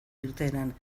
irteeran